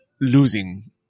losing